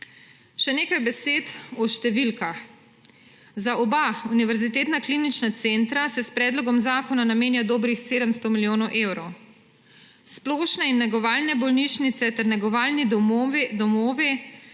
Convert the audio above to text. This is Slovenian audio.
Še nekaj besed o številkah. Za oba univerzitetna klinična centra se s predlogom zakona namenja dobrih 700 milijonov evrov. Splošne in negovalne bolnišnice ter negovalni domovi